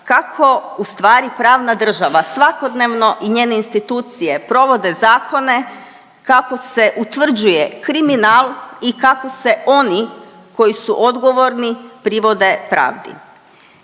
kako ustvari pravna država svakodnevno i njene institucije provode zakone, kako se utvrđuje kriminal i kako se oni koji su odgovorni privode pravdi.